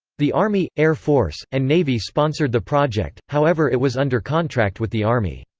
the army, air force, and navy sponsored the project, however it was under contract with the army.